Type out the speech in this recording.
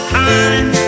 time